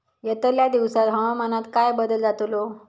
यतल्या दिवसात हवामानात काय बदल जातलो?